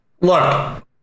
look